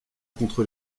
contre